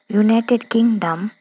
United Kingdom